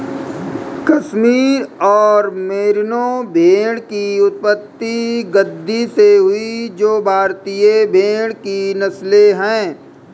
कश्मीर और मेरिनो भेड़ की उत्पत्ति गद्दी से हुई जो भारतीय भेड़ की नस्लें है